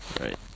Right